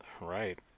right